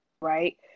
right